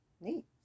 Neat